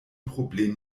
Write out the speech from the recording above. problem